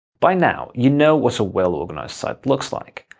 by now, you know what a well-organized site looks like.